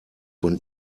von